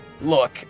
Look